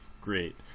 great